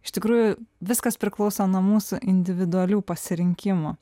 iš tikrųjų viskas priklauso nuo mūsų individualių pasirinkimų